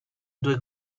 due